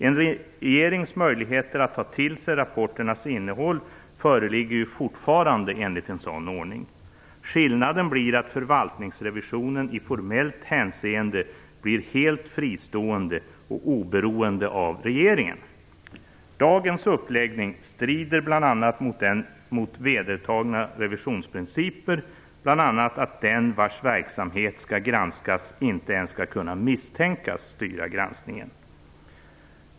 En regerings möjligheter att ta till sig rapporternas innehåll föreligger fortfarande enligt en sådan ordning. Skillnaden blir att förvaltningsrevisionen i formellt hänseende blir helt fristående och oberoende av regeringen. Dagens uppläggning strider bl.a. mot vedertagna revisionsprinciper, bl.a. att den vars verksamhet skall granskas inte ens skall kunna misstänkas styra granskningen.